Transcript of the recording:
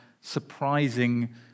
surprising